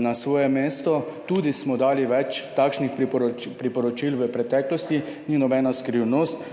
na svoje mesto. Tudi smo dali več takšnih priporočil v preteklosti, ni nobena skrivnost.